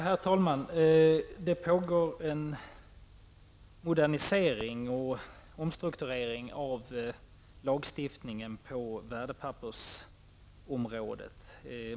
Herr talman! Det pågår en modernisering och en omstrukturering av lagstiftningen på värdepappersområdet.